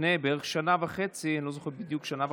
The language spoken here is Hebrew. לפני בערך שנה וחצי, אני לא זוכר בדיוק, שנה וחצי,